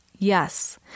Yes